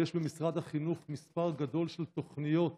ויש במשרד החינוך מספר גדול של תוכניות